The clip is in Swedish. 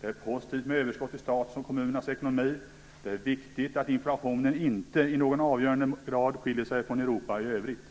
Det är positiv med överskott i statens och kommunernas ekonomier. Det är viktigt att inflationen i Sverige inte i någon avgörande grad skiljer sig från den i Europa i övrigt.